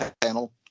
panel